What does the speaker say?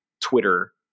Twitter